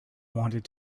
wanted